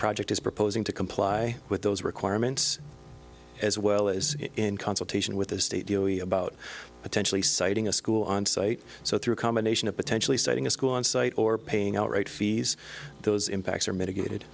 project is proposing to comply with those requirements as well as in consultation with the state delia about potentially citing a school onsite so through a combination of potentially setting a school on site or paying out rate fees those impacts are mitigated